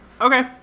Okay